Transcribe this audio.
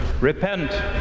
Repent